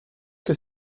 que